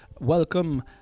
welcome